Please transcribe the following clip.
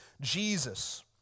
Jesus